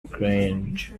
grange